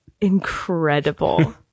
incredible